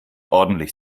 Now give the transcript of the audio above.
ordentlich